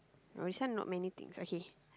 oh this one not many things okay